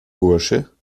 bursche